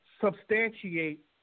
substantiate